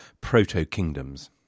proto-kingdoms